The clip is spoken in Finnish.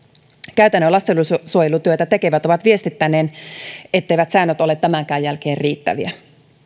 käytännön lastensuojelutyötä tekevät ovat viestittäneet etteivät säännöt ole tämänkään jälkeen riittäviä